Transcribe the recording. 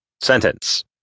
Sentence